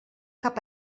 cap